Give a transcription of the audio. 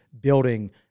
building